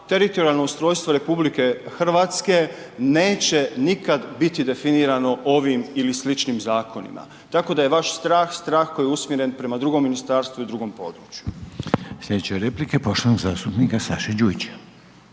teritorijalno ustrojstvo RH neće nikad biti definirano ovim ili sličnim zakonima, tako da je vaš strah strah koji je usmjeren prema drugom ministarstvu i drugom području. **Reiner, Željko (HDZ)** Slijedeće replike poštovanog zastupnika Saše Đujića.